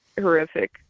horrific